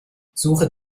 suche